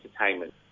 entertainment